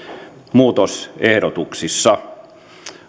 muutosehdotuksissa